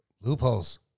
loopholes